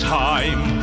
time